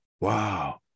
wow